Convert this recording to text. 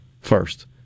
first